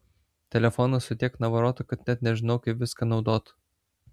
telefonas su tiek navarotų kad net nežinau kaip viską naudot